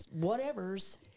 whatever's